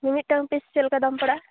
ᱢᱤᱢᱤᱫᱴᱟᱝ ᱯᱤᱥ ᱪᱮᱫ ᱞᱮᱠᱟ ᱫᱟᱢ ᱯᱟᱲᱟᱜᱼᱟ